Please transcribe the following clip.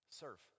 serve